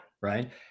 right